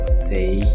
stay